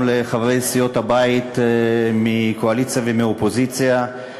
לחברי סיעות הבית מהקואליציה ומהאופוזיציה,